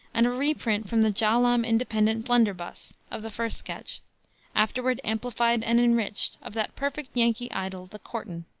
and a reprint from the jaalam independent blunderbuss, of the first sketch afterward amplified and enriched of that perfect yankee idyl, the courtin'.